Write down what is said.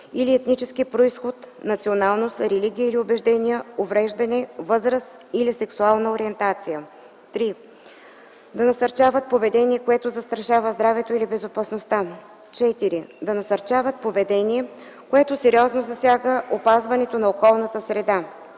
или етнически произход, националност, религия или убеждения, увреждане, възраст или сексуална ориентация; 3. да насърчават поведение, което застрашава здравето или безопасността; 4. да насърчават поведение, което сериозно засяга опазването на околната среда.